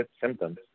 symptoms